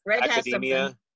academia